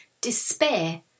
Despair